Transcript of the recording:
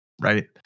Right